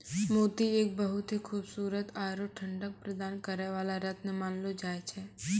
मोती एक बहुत हीं खूबसूरत आरो ठंडक प्रदान करै वाला रत्न मानलो जाय छै